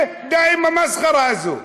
ודי עם המסחרה הזאת.